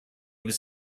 was